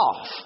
off